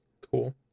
Cool